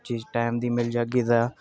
चीज टैम दी मिली जाह्गी तां